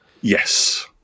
Yes